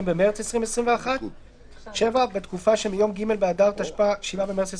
במרס 2021)". הוראת שעה בתקופה שמיום כ"ג באדר התשפ"א (7 במרס 2021)